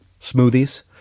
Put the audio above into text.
smoothies